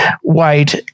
white